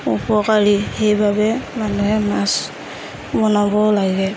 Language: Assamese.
উপকাৰী সেইবাবে মানুহে মাছ বনাব লাগে